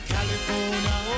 California